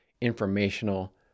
informational